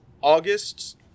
August